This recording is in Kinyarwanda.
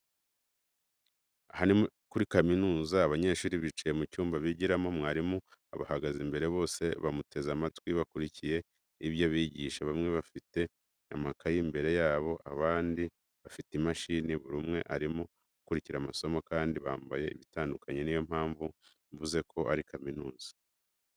Aha ni kuri kaminuza, abanyeshuri bicaye mu cyumba bigiramo, mwarimu abahagaze imbere bose bamuteze amatwi bakurikiye ibyo abigisha, bamwe bafite amakayi imbere yabo, abandi bafite imashini, buri umwe arimo gukurikira amasomo, kandi bambaye bitandukanye niyo mpamvu mvuze ko ari kaminuza.